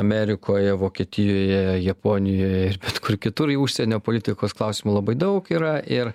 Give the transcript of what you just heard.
amerikoje vokietijoje japonijoje ir bet kur kitur į užsienio politikos klausimų labai daug yra ir